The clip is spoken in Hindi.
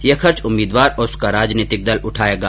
यह खर्च उम्मीदवार और उसका राजनीतिक दल उठायेगा